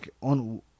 on